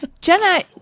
Jenna